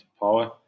power